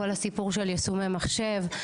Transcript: כל הסיפור של יישומי מחשב,